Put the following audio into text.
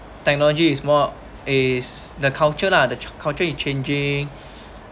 technology is more is the culture lah the culture is changing